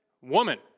woman